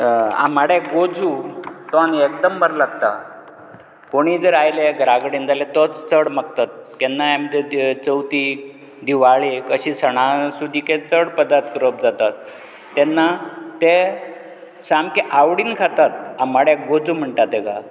आंबाड्याक गोजू तो आनी एकदम बरो लागता कोणी जर आयले घरा कडेन जाल्यार तोच चड मागतात केन्नाय आमगेर तें चवथीक दिवाळेक अशें सणा सुदीक हे चड पदार्थ करप जाता तेन्ना तें सामके आवडीन खातात आंबाड्या गोजू म्हणटात तेका